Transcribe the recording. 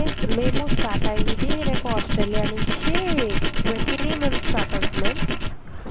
పర్వాలేదు అమ్మ కొంచెం అంటే ఇంకా ఇంప్రూవ్ అవ్వాలి మీరు ఏమన్నా తనకి హెల్ప్ చెయ్యండి మీరు పక్కన కూర్చుని చెప్పడం